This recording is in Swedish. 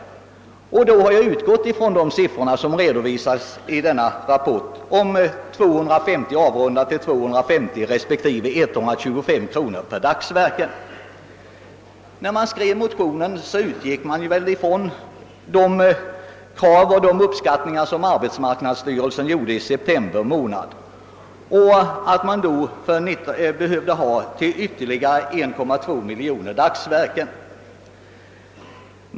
Jag har då utgått från de kostnader på 250 respektive 125 kronor per dagsverke som redovisas i denna rapport. De motioner som ligger till grund för reservationerna baserar sig på de uppskattningar som arbetsmarknadsstyrelsen gjorde i september månad och som innebar att det behövdes medel till ytterligare 1,2 miljon dagsverken.